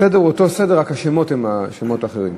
הסדר הוא אותו סדר, רק השמות הם שמות אחרים.